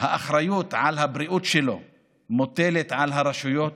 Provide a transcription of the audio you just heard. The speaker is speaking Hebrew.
האחריות לבריאות שלו מוטלת על הרשויות,